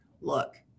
look